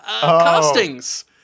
castings